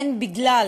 הן בגלל